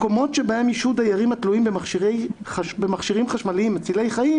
מקומות שבהם ישהו דיירים התלויים במכשירים חשמליים מצילי חיים.